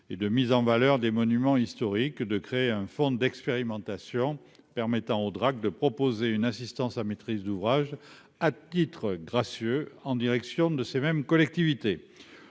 et de mise en valeur des monuments historiques, de créer un fonds d'expérimentation permettant aux Drac de proposer une assistance à maîtrise d'ouvrage à titre gracieux, en direction de ces mêmes collectivités